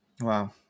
wow